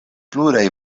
pluraj